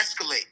escalate